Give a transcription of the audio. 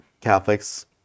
Catholics